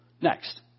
next